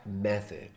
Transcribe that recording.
method